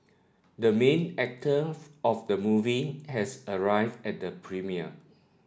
the main actor of the movie has arrived at the premiere